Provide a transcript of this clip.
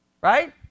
right